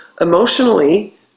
emotionally